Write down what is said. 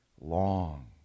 long